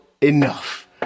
enough